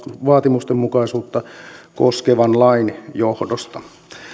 vaatimustenmukaisuutta koskevan lain johdosta